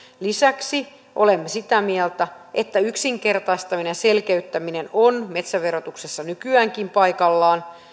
lisäksi olemme sitä mieltä että yksinkertaistaminen ja selkeyttäminen on metsäverotuksessa nykyäänkin paikallaan